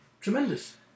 tremendous